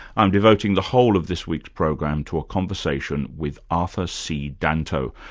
i'm devoting the whole of this week's program to a conversation with arthur c. danto,